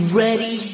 ready